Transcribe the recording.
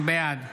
בעד